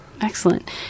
Excellent